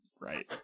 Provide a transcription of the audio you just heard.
right